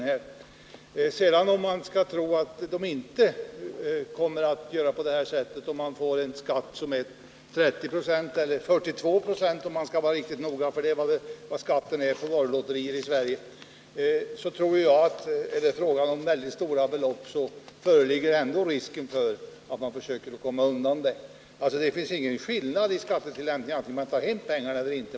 Men troligtvis kommer de här människorna inte att betala skatt på sina vinster när de får en skatt som är 30 96 —-eller 42 96, om jag skall vara riktigt noga, för det är vad skatten är på varulotterier i Sverige. Är det fråga om väldigt stora belopp tror jag att det föreligger risk för att man försöker komma undan skatten. Det finns alltså ingen skillnad i skattetillämpningen vare sig man tar hem pengarna eller inte.